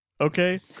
okay